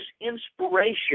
inspiration